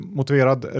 motiverad